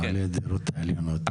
בעלי הדירות העליונות,